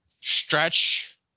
stretch